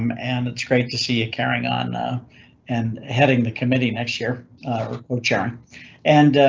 um and it's great to see you carrying on ah and heading the committee next year or code sharing and.